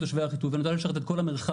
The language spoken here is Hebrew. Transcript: תושבי אחיטוב אלא נועדה לשרת את כל המרחב,